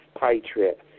patriot